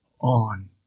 on